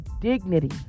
dignity